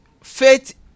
faith